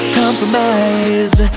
compromise